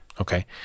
Okay